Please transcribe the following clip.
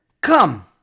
come